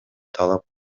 талап